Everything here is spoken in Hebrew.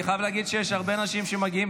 אני חייב להגיד שיש הרבה אנשים שמגיעים,